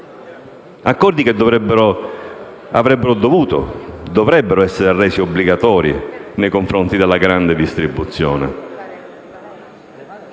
accordi che dovrebbero essere resi obbligatori nei confronti della grande distribuzione,